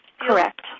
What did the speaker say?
correct